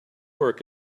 work